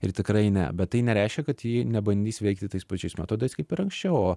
ir tikrai ne bet tai nereiškia kad ji nebandys veikti tais pačiais metodais kaip ir anksčiau o